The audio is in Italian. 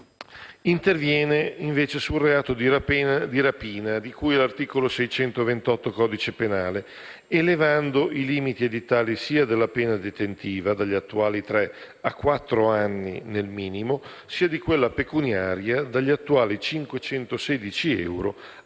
L'articolo 6 interviene sul reato di rapina, di cui all'articolo 628 del codice penale, elevando i limiti edittali sia della pena detentiva (dagli attuali tre a quattro anni nel minimo) sia di quella pecuniaria (dagli attuali 516 euro